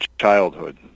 childhood